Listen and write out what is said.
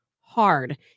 hard